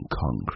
concrete